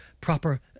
proper